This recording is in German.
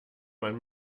man